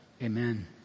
Amen